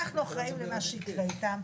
אנחנו אחראים למה שיקרה איתם,